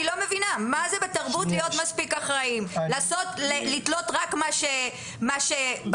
אני לא מבינה, לעשות לתלות רק מה שבקונצנזוס?